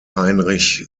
heinrich